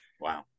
Wow